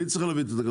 מי צריך להביא את זה?